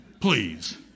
Please